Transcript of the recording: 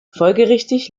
folgerichtig